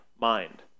mind